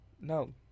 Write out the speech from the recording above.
No